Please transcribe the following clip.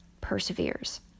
perseveres